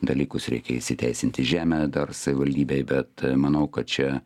dalykus reikia įsiteisinti žemę dar savivaldybei bet manau kad čia